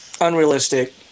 Unrealistic